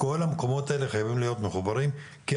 כל המקומות האלה חייבים להיות מחוברים כי